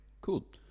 cool